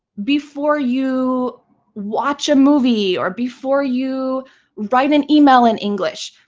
before you watch a movie or before you write an email in english,